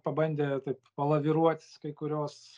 pabandė taip palaviruot kai kurios